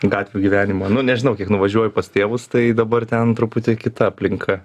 gatvių gyvenimo nu nežinau kiek nuvažiuoju pas tėvus tai dabar ten truputį kita aplinka